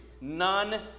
None